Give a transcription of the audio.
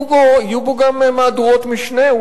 יהיו בו גם מהדורות משנה,